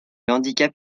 handicap